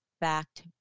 backed